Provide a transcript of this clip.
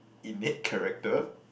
innate character